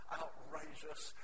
outrageous